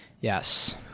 Yes